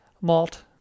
malt